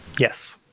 Yes